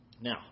Now